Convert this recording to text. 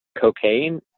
cocaine